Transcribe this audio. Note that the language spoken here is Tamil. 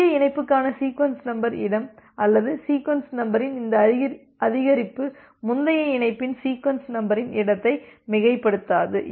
எனவே புதிய இணைப்புக்கான சீக்வென்ஸ் நம்பர் இடம் அல்லது சீக்வென்ஸ் நம்பரின் இந்த அதிகரிப்பு முந்தைய இணைப்பின் சீக்வென்ஸ் நம்பரின் இடத்தை மிகைப்படுத்தாது